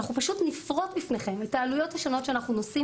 אנחנו פשוט נפרוט בפניכם את העלויות השונות שאנחנו נושאים